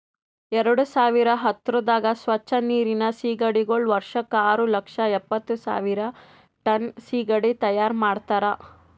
ಎರಡು ಸಾವಿರ ಹತ್ತುರದಾಗ್ ಸ್ವಚ್ ನೀರಿನ್ ಸೀಗಡಿಗೊಳ್ ವರ್ಷಕ್ ಆರು ಲಕ್ಷ ಎಪ್ಪತ್ತು ಸಾವಿರ್ ಟನ್ ಸೀಗಡಿ ತೈಯಾರ್ ಮಾಡ್ತಾರ